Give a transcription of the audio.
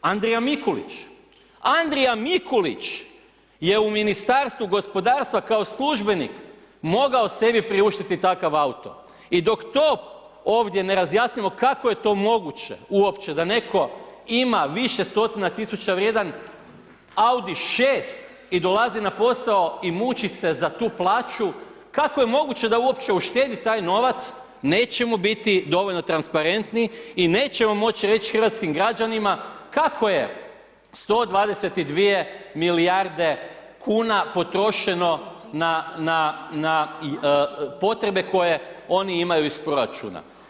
Andrija Mikulić, Andrija Mikulić je u Ministarstvu gospodarstva kao službenik mogao sebi priuštiti takav auto i dok to ovdje ne razjasnimo kako je to moguće uopće da netko uopće ima više stotina tisuća vrijedan Audi 6 i dolazi na posao i muči se za tu plaću, kako je moguće da uopće uštedi taj novac, neće mu biti dovoljno transparentni i nećemo moći reći hrvatskim građanima, kako je 122 milijarde kn potrošeno na potrebe koje oni imaju iz proračuna.